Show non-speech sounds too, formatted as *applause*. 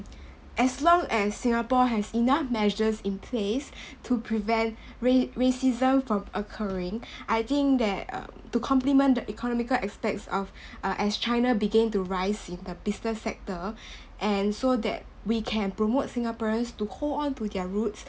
*breath* as long as singapore has enough measures in place to prevent ra~ racism from occurring I think that um to complement the economical aspects of uh as china began to rise in the business sector *breath* and so that we can promote singaporeans to hold on to their roots